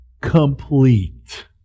complete